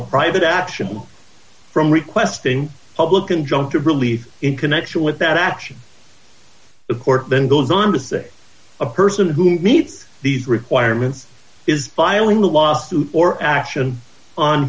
a private action from requesting public injunctive relief in connection with that action the court then goes on to say a person who meets these requirements is filing a lawsuit or action on